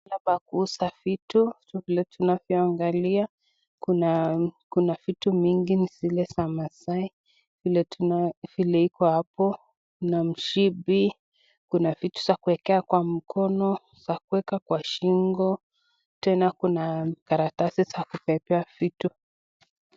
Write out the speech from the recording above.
Ni mahali pa kuuza vitu. Vile tunavyoangalia, kuna kuna vitu mingi ni zile za Masai. Vile iko hapo, kuna mshipi, kuna vitu za kuwekea kwa mkono, za kuwekea kwa shingo, tena kuna karatasi za kubebea vitu.